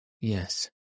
Yes